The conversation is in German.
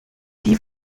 die